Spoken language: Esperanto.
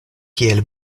kiel